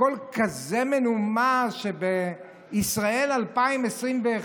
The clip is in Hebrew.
בקול כזה מנומס: בישראל 2021,